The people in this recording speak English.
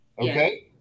okay